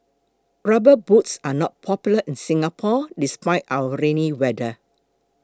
rubber boots are not popular in Singapore despite our rainy weather